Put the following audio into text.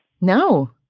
No